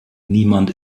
niemand